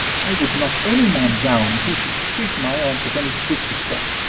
i would knock any man down who should treat my aunt with any disrespect.